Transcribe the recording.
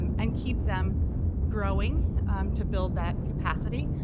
um and keep them growing to build that capacity.